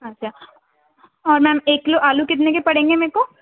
اچھا اور میم ایک کلو آلو کتنے کے پڑیں گے میکو